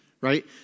right